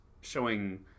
showing